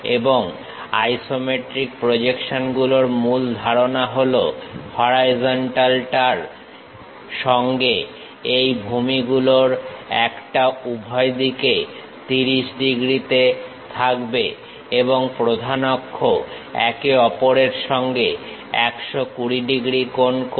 এবং আইসোমেট্রিক প্রজেকশনগুলোর মূল ধারণা হলো হরাইজন্টাল টার সঙ্গে এই ভূমিগুলোর একটা উভয় দিকে 30 ডিগ্রীতে থাকবে এবং প্রধান অক্ষ একে অপরের সঙ্গে 120 ডিগ্রী কোণ করে